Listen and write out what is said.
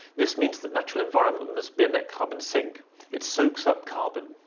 this means the natural environment must be a net carbon sink it soaks up carbon,